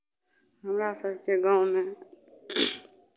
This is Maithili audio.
हमरा सभके गाँवमे